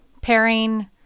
pairing